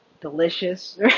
delicious